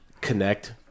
connect